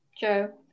joe